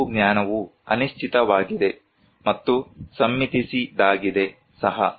ಕೆಲವು ಜ್ಞಾನವು ಅನಿಶ್ಚಿತವಾಗಿದೆ ಮತ್ತು ಸಮ್ಮತಿಸಿದಾಗಿದೆ ಸಹ